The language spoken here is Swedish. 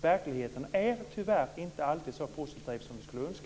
Verkligheten är tyvärr inte alltid så positiv som vi skulle önska.